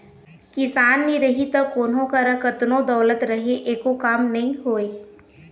किसान नी रही त कोनों करा कतनो दउलत रहें एको काम के नी होय